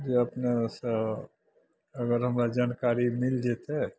जे अपनेँसे अगर हमरा जानकारी मिलि जएतै